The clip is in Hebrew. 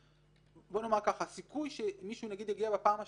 הסיכוי שמישהו יגיע בפעם השלישית,